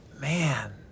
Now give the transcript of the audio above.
man